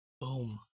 Boom